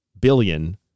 billion